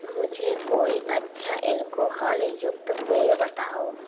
मुझे कोई अच्छा एल्कोहल युक्त पेय बताओ